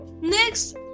Next